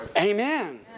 amen